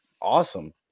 Awesome